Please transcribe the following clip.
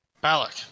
Balak